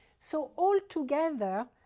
so altogether,